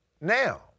Now